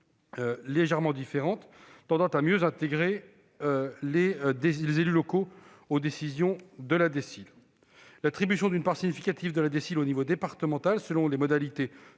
légèrement différente, tendant à mieux intégrer les élus locaux aux décisions de la DSIL. L'attribution d'une part significative de la DSIL au niveau départemental, selon des modalités